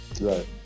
right